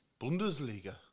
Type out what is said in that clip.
Bundesliga